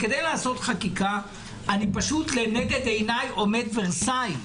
כדי לעשות חקיקה פשוט לנגד עיניי עומד עניין ורסאי.